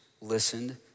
listened